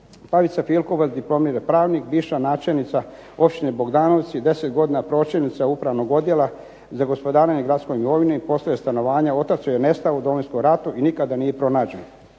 Pavica Pilkovac, diplomirani pravnik, bivša načelnika općina Bogdanovci, 10 godina pročelnica Upravnog odjela za gospodarenje gradskom imovinom i poslove stanovanja. Otac joj je nestao u Domovinskom ratu i nikada nije pronađen.